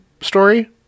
story